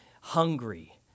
hungry